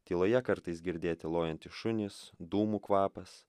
tyloje kartais girdėti lojantys šunys dūmų kvapas